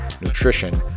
nutrition